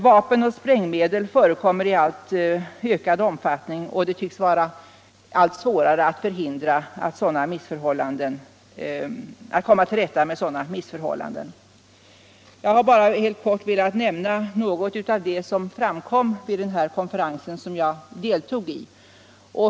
Vapen och sprängmedel förekommer i allt större utsträckning, och det tycks vara allt svårare att komma till rätta med sådana missförhållanden. Jag har bara helt kort velat framföra något av det som framkom vid den konferens som jag deltog i.